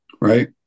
Right